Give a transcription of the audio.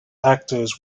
actors